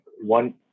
one